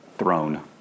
Throne